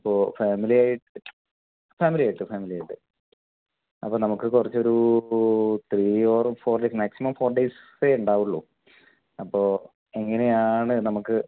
അപ്പോൾ ഫാമിലിയായി ഫാമിലിയായിട്ട് ഫാമിലിയായിട്ട് അപ്പോൾ നമുക്ക് കുറച്ചൊരൂ three or four days maximum four ഡെയ്സെ ഉണ്ടാവുള്ളൂ അപ്പോൾ എങ്ങനെയാണ് നമുക്ക്